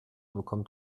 bekommt